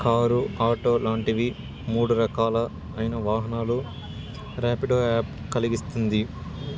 car auto లాంటివి మూడు రకాల అయిన వాహనాలు ర్యాపిడో యాప్ కలిగిస్తుంది